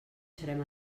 serem